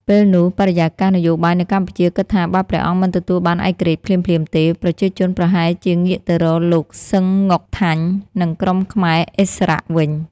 ពេលនោះ បរិយាកាសនយោបាយនៅកម្ពុជាគិតថា បើព្រះអង្គមិនទទួលបានឯករាជ្យភ្លាមៗទេ ប្រជាជនប្រហែលជាងាកទៅរកលោក សឺង ង៉ុកថាញ់ និងក្រុមខ្មែរឥស្សរៈវិញ។